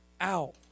out